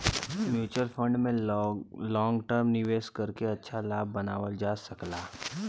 mutual fund में long term निवेश करके अच्छा लाभ बनावल जा सकला